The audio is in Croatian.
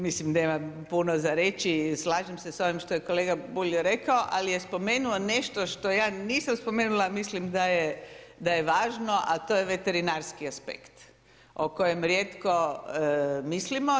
Mislim, nemam puno za reći, slažem se s ovim što je kolega Bulj rekao, ali je spomenuo nešto što ja nisam spomenula, mislim da je važno a to je veterinarski aspekt o kojem rijetko mislimo.